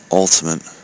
ultimate